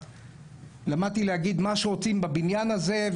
למדתי להגיד מה שרוצים בבניין הזה,